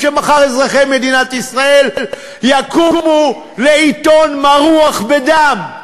מחר אזרחי מדינת ישראל יקומו לעיתון מרוח בדם.